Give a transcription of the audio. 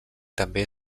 també